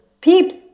peeps